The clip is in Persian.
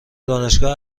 دانشگاه